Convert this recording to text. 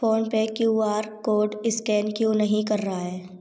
PhonePe Q R code scan क्यों नहीं कर रहा है